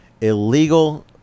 illegal